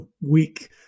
week